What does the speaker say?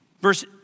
Verse